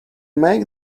make